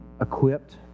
equipped